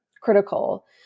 critical